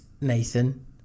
Nathan